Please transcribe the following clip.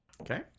Okay